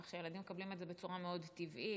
כך שהילדים מקבלים את זה בצורה מאוד טבעית,